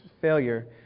failure